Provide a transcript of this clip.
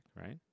Right